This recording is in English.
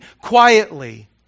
quietly